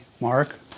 Mark